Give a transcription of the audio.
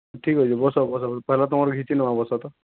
ଠିକ୍ ଅଛେ ବସ ବସ ପହେଲା ତମର୍ ଘିଚିନବା ବସ ତ